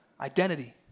identity